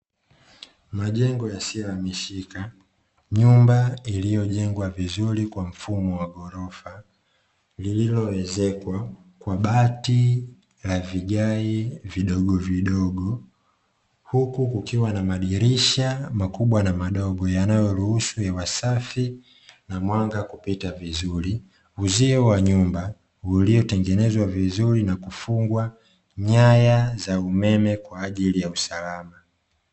Majengo yasiyohamishika nyumba iliyojengwa vizuri kwa mfumo wa ghorofa lililoelezekwa kwa bati na vigae vidogovidogo, huku kukiwa na madirisha makubwa na madogo yanayoruhusu hewa safi na mwanga kupita vizuri. Uzio wa nyumba uliotengenezwa vizuri na kufungwa nyaya za umeme kwa ajili ya usalama.